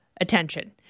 attention